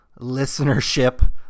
listenership